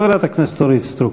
חברת הכנסת אורית סטרוק.